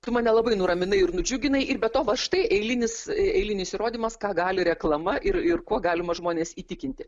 tu mane labai nuraminai ir nudžiuginai ir be to va štai eilinis eilinis įrodymas ką gali reklama ir ir kuo galima žmones įtikinti